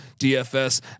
DFS